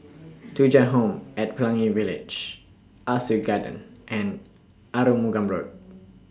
Thuja Home At Pelangi Village Ah Soo Garden and Arumugam Road